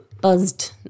buzzed